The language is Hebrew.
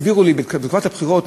הסבירו לי בתקופת הבחירות,